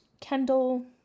Kendall